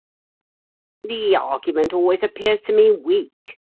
the argument always appears to me weak,